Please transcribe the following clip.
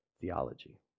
theology